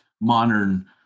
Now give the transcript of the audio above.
modern